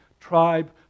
tribe